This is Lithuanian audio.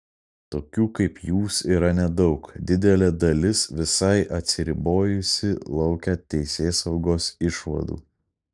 tokių kaip jūs yra nedaug didelė dalis visai atsiribojusi laukia teisėsaugos išvadų